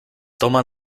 toma